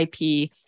IP